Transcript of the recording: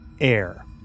air